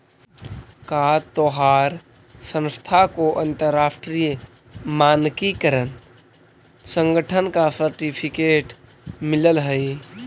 का तोहार संस्था को अंतरराष्ट्रीय मानकीकरण संगठन का सर्टिफिकेट मिलल हई